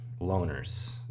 loners